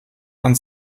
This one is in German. man